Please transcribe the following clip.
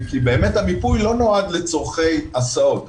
כי באמת המיפוי לא נועד לצרכי הסעות.